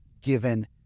given